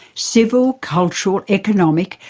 civil, cultural, economic,